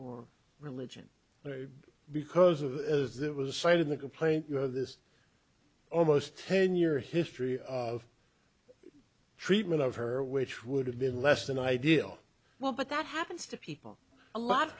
or religion because of as it was cited in the complaint you have this almost ten year history of treatment of her which would have been less than ideal well but that happens to people a lot of